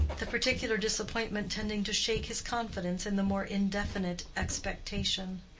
the particular disappointment tending to shake his confidence in the more indefinite expectation.